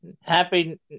happy